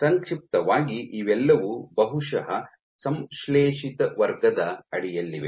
ಸಂಕ್ಷಿಪ್ತವಾಗಿ ಇವೆಲ್ಲವೂ ಬಹುಶಃ ಸಂಶ್ಲೇಷಿತ ವರ್ಗದ ಅಡಿಯಲ್ಲಿವೆ